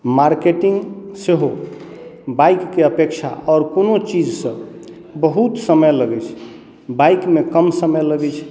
marketing सेहो bike के अपेक्षा आओर कोनो चीज सॅं बहुत समय लगै छै बाइकमे कम समय लगै छै